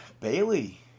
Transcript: Bailey